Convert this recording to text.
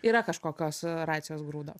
yra kažkokios racijos grūdo